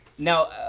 Now